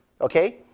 Okay